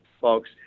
folks